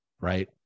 right